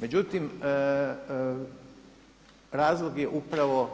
Međutim, razlog je upravo